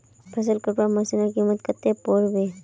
फसल कटवार मशीनेर कीमत कत्ते पोर बे